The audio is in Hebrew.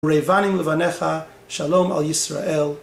וראה בנים לבניך, שלום על ישראל.